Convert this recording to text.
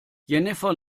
jennifer